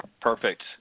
Perfect